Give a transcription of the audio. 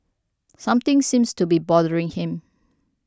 something seems to be bothering him